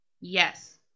Yes